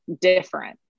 different